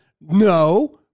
no